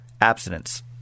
abstinence